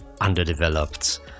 underdeveloped